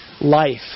life